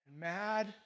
mad